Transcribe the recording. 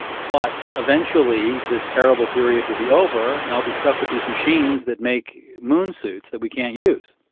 but eventually this terrible period will be over and i'll be stuck with these machines that make moon suits that we can't use.